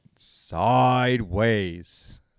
sideways